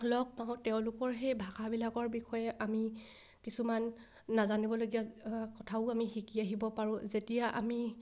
লগ পাওঁ তেওঁলোকৰ সেই ভাষাবিলাকৰ বিষয়ে আমি কিছুমান নাজানিবলগীয়া কথাও আমি শিকি আহিব পাৰোঁ যেতিয়া আমি